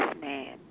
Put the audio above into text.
man